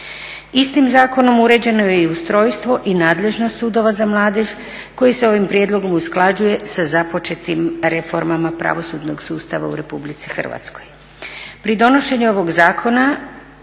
Istim zakonom uređeno je i ustrojstvo i nadležnost sudova za mladež koji se ovim prijedlogom usklađuje sa započetim reformama pravosudnog sustava u Republici Hrvatskoj.